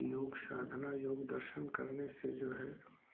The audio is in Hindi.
योग साधना योग दर्शन करने से जो है